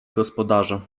gospodarze